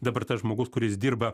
dabar tas žmogus kuris dirba